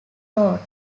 wrote